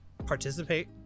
participate